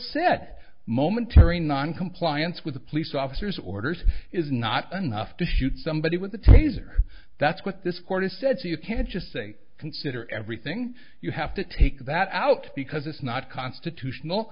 said momentary noncompliance with police officers orders is not enough to shoot somebody with a taser that's what this court has said so you can't just say consider everything you have to take that out because it's not constitutional